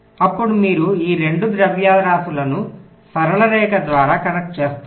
అప్పుడు మీరు ఈ 2 ద్రవ్యరాశిలను సరళ రేఖ ద్వారా కనెక్ట్ చేస్తారు